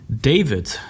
David